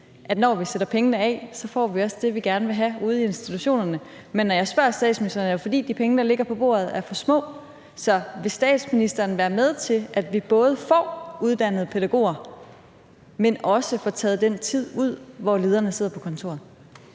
at når vi sætter pengene af, får vi også det, vi gerne vil have ude i institutionerne. Men når jeg spørger statsministeren, er det jo, fordi de penge, der ligger på bordet, er for få. Så vil statsministeren være med til, at vi både får uddannet pædagoger, men også får taget den tid ud, hvor lederne sidder på kontoret?